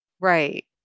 Right